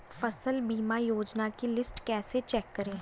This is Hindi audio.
फसल बीमा योजना की लिस्ट कैसे चेक करें?